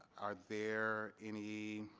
are there any